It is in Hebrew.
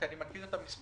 כי אני מכיר את המספרים